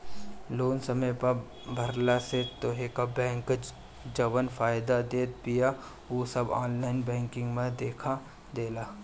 loan समय पअ भरला से तोहके बैंक जवन फायदा देत बिया उ सब ऑनलाइन बैंकिंग में देखा देला